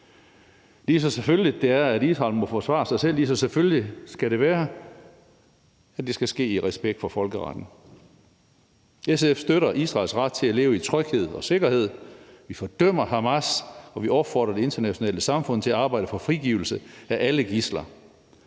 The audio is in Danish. Lige så selvfølgeligt det er, at Israel må forsvare sig selv, lige så selvfølgeligt skal det være, at det skal ske i respekt for folkeretten. SF støtter Israels ret til at leve i tryghed og sikkerhed. Vi fordømmer Hamas, og vi opfordrer det internationale samfund til at arbejde for frigivelse af alle gidsler.